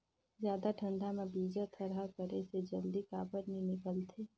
जादा ठंडा म बीजा थरहा करे से जल्दी काबर नी निकलथे?